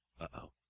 uh-oh